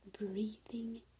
breathing